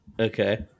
okay